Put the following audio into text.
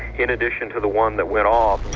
in addition to the one that went off.